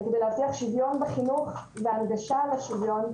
וכדי להבטיח שוויון בחינוך והנגשה לשוויון,